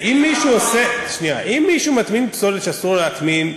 אם מישהו מטמין פסולת שאסור לו להטמין,